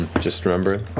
just remember,